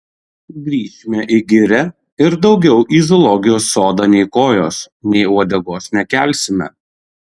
grįšime į girią ir daugiau į zoologijos sodą nei kojos nei uodegos nekelsime